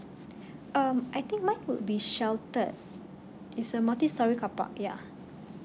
um I think mine would be sheltered it's a multi storey carpark yeah